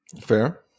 Fair